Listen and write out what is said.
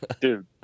Dude